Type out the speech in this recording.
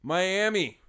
Miami